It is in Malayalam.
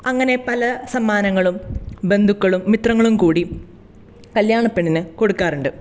അങ്ങനെ പല സമ്മാനങ്ങളും ബന്ധുക്കളും മിത്രങ്ങളും കൂടി കല്യാണ പെണ്ണിന് കൊടുക്കാറുണ്ട്